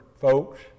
folks